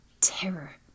terror